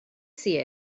see